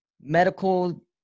medical